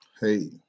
hey